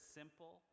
simple